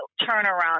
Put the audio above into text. turnaround